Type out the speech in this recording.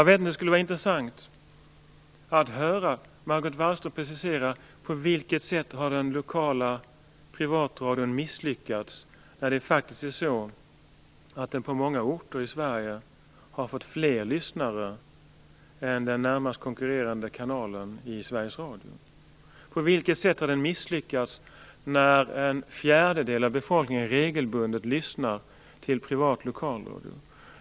Det skulle vara intressant att höra Margot Wallström precisera på vilket sätt den privata lokalradion har misslyckats. På många orter i Sverige har den ju fått fler lyssnare än den närmast konkurrerande kanalen i Sveriges Radio. På vilket sätt har man misslyckats när en fjärdedel av befolkningen regelbundet lyssnar till privat lokalradio?